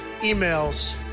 emails